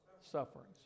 Sufferings